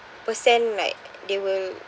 percent like they will